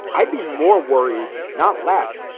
i'd be more worried, not less.